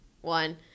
one